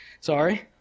Sorry